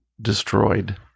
destroyed